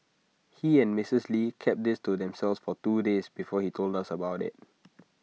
he and Mrs lee kept this to themselves for two days before he told us about IT